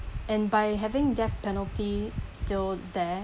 and by having death penalty still there